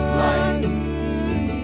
life